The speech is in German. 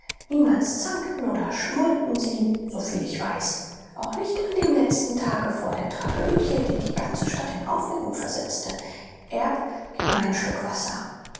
niemals zankten oder schmollten sie so viel ich weiß auch nicht an dem letzten tage vor der tragödie die die ganze stadt in aufregung versetzte erb gib mir einen schluck wasser